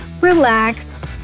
relax